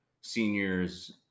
seniors